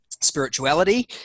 spirituality